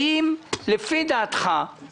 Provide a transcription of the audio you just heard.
לא נגיע לפתרון אני ארים ידיים.